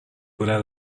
without